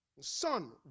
son